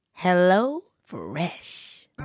HelloFresh